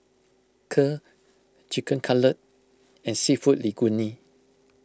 Kheer Chicken Cutlet and Seafood Linguine